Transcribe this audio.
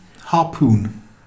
Harpoon